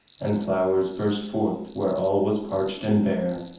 and flowers burst forth where all was parched and bare,